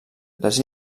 les